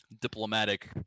diplomatic